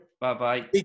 Bye-bye